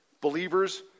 Believers